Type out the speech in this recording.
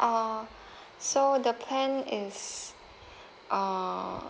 uh so the plan is uh